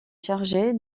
chargé